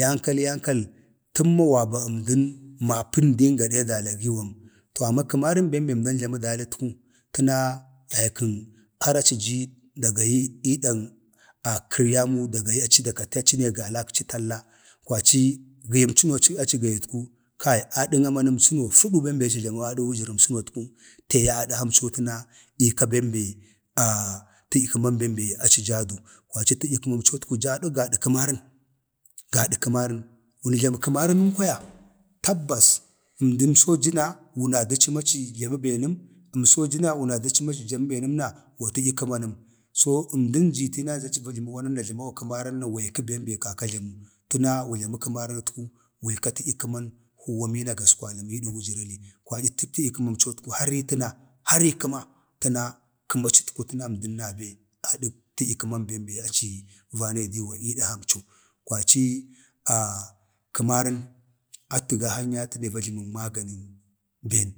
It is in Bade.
yankal yankal təmma wa banəmdən ma pəndin gade da lagiwam to amma kəm rən bem be əmdan jləma dlitku, təna, yaykən təna har aci jii ii iidən kərmayu aci da gayi dakati aci ne galəkci talla, giyimcəno aci gayətku, kai amanəsəno fədu aci jləmə adən kwajaramsənotku te yaye adhamco təna iika bem be tədyi kəman bem be aci jaa du, kwaci tədyə kəmamcotku jaa gada kəmarən nəm kwaya tabbas, əmdəmso jəna, wuna də ci ma aci jləmə benəm, əmso jəna wuna də ci ma aci jləmə be nem na wa tədya kəma nəm əmdən jə kəma aci ajləma warar na ajləmawa kəmarən na weeke bem be kaka ajləmu. təna wu jləma kəmarən atku wii tədya keman huwa mina gaskwaləm iidak wujərəti, kwaci tədyə kəmamcotku har ii kəma, təna kəma acitki təna əndan nabe adək tədyi kəman bem be aci jaa di vanayi diwa iidhamco kwaci kəməran atu gahanyaye atə va jləmən maganin be,